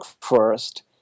first